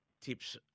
tips